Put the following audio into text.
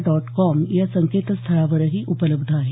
dot com या संकेतस्थळावरही उपलब्ध आहे